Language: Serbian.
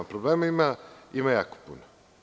Problema ima jako puno.